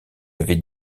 avait